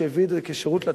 שהביא את זה כשירות לציבור.